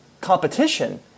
competition